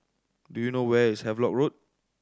do you know where is Havelock Road